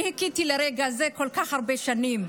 אני חיכיתי לרגע הזה כל כך הרבה שנים.